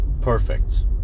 perfect